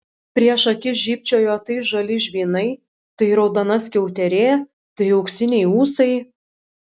prieš akis žybčiojo tai žali žvynai tai raudona skiauterė tai auksiniai ūsai